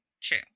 True